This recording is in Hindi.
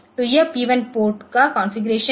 तो यह p 1 पोर्ट का कॉन्फ़िगरेशन है